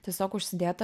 tiesiog užsidėt